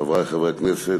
חברי חברי הכנסת,